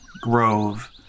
grove